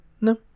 No